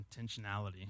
intentionality